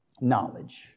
knowledge